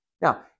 Now